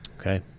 Okay